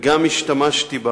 וגם השתמשתי בה